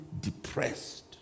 depressed